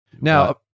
Now